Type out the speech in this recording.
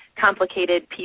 complicated